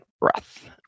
breath